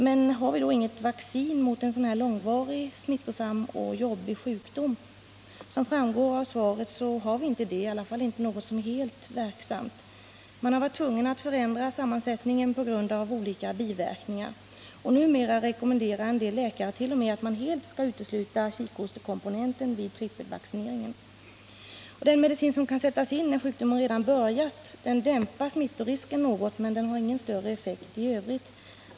Men har vi då inget vaccin mot en så här långvarig, smittosam och jobbig sjukdom? Som framgår av svaret har vi inte det, i varje fall inte något som är helt verksamt. Man har varit tvungen att förändra sammansättningen på grund av olika biverkningar. Numera rekommenderar en del läkare t.o.m. att man helt ska utesluta kikhostekomponenten vid trippelvaccineringen. Den medicin som kan sättas in när sjukdomen redan börjat dämpar smittorisken något men har ingen större effekt i övrigt.